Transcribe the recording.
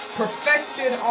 perfected